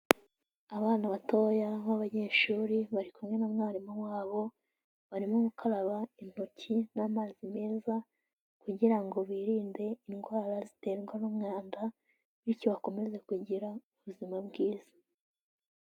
Abana batoya b'abanyeshuri bari kumwe na mwarimu wabo, barimo gukaraba intoki n'amazi meza kugira ngo birinde indwara ziterwa n'umwanda, bityo bakomeze kugira ubuzima bwiza.